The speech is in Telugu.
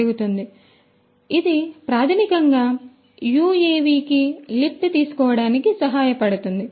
మరియు ఇది ప్రాథమికంగా ఈ UAV కి లిఫ్ట్ తీసుకోవడానికి సహాయపడుతుంది